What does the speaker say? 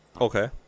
Okay